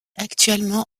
actuellement